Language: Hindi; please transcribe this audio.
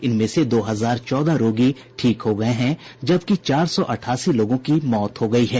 इनमें से दो हजार चौदह रोगी ठीक हो गए हैं जबकि चार सौ अठासी लोगों की मौत हो गई है